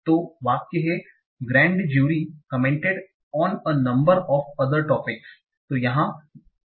तो वाक्य हैं grand jury commented on a number of other topics grand jury commented on a number of other topics"